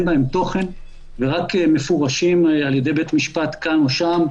בהם תוכן ורק מפורשים על ידי בית משפט כאן או שם,